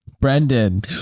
Brendan